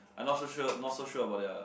I'm not so sure not so sure about their